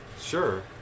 Sure